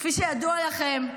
כפי שידוע לכם,